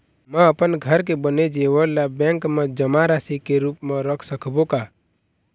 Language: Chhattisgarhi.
म अपन घर के बने जेवर ला बैंक म जमा राशि के रूप म रख सकबो का?